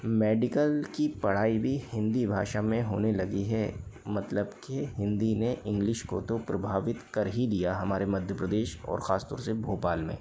medical की पढ़ाई भी हिंदी भाषा में होने लगी है मतलब के हिंदी ने इंग्लिश को तो प्रभावित कर ही दिया हमारे मध्य प्रदेश और खासतौर से भोपाल में